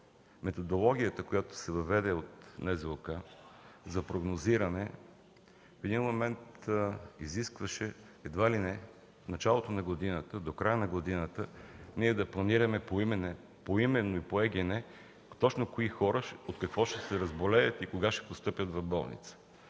прогнозиране, която се въведе от НЗОК, едва ли не в един момент изискваше в началото на годината – до края на годината, ние да планираме поименно и по ЕГН точно кои хора, от какво ще се разболеят и кога ще постъпят в болница.